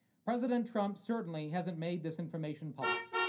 president trump certainly hasn't made this information public.